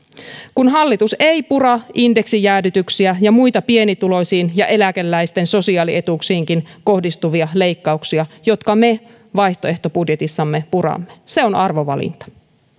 kun hallitus ei pura indeksijäädytyksiä ja muita pienituloisiin ja eläkeläisten sosiaalietuuksiinkin kohdistuvia leikkauksia jotka me vaihtoehtobudjetissamme puramme se on arvovalinta arvoisa